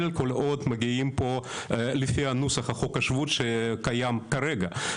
כל עוד מגיעים פה לפי נוסח חוק השבות שקיים כרגע.